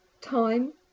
Time